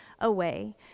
away